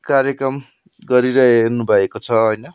कार्यक्रम गरिरहनु भएको छ होइन